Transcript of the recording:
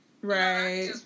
Right